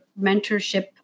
mentorship